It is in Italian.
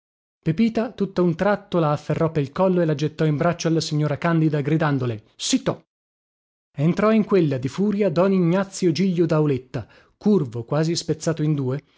pepita tutta un tratto la afferrò pel collo e la gettò in braccio alla signora candida gridandole cito entrò in quella di furia don ignazio giglio dauletta curvo quasi spezzato in due